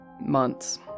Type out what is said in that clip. months